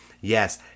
Yes